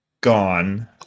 gone